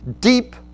deep